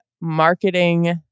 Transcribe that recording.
marketing